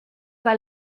pas